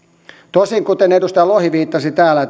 tosin kuten edustaja lohi viittasi täällä